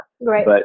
right